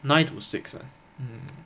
nine two six ha mm